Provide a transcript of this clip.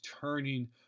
turning